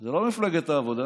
זו לא מפלגת העבודה